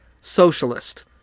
socialist